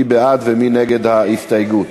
מי בעד ומי נגד ההסתייגות?